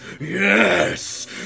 Yes